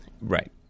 Right